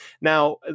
Now